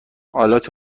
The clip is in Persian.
آلات